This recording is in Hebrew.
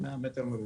100 מ"ר,